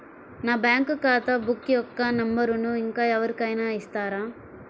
నా బ్యాంక్ ఖాతా బుక్ యొక్క నంబరును ఇంకా ఎవరి కైనా ఇస్తారా?